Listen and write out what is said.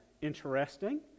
interesting